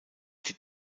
die